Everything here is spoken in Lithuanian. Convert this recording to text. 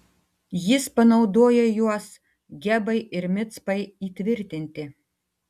jis panaudojo juos gebai ir micpai įtvirtinti